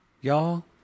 y'all